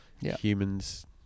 humans